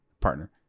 partner